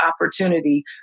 opportunity